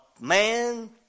man